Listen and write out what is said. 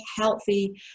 healthy